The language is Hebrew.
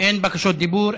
אין בקשות דיבור.